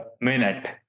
minute